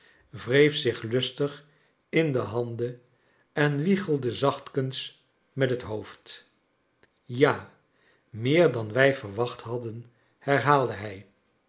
wreef zich lustig in de handen en wiegelde zachtkens met iiet hoofd ja meer dan wij verwacht hadden herhaalde hij